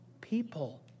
people